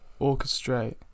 orchestrate